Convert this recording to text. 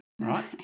right